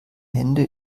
hände